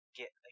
get